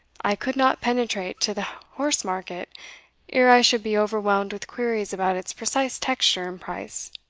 i could not penetrate to the horsemarket ere i should be overwhelmed with queries about its precise texture and price.